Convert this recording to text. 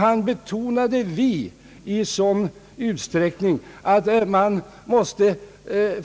Han betonade ordet vi i sådan utsträckning att åhörarna måste